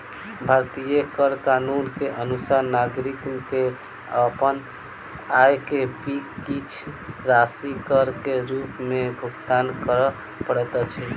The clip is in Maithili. भारतीय कर कानून के अनुसार नागरिक के अपन आय के किछ राशि कर के रूप में भुगतान करअ पड़ैत अछि